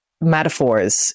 metaphors